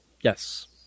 Yes